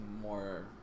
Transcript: more